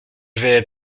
vais